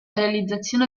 realizzazione